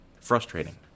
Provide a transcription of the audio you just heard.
Frustrating